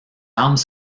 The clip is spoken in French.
armes